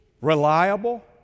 reliable